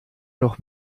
noch